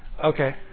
Okay